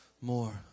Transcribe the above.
more